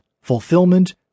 fulfillment